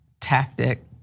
tactic